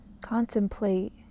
contemplate